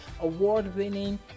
award-winning